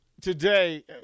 today